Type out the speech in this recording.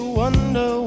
wonder